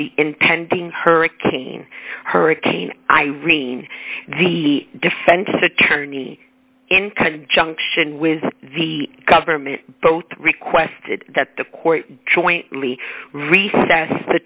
the impending hurricane hurricane irene the defense attorney in conjunction with the government both requested that the court jointly recessed the